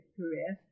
career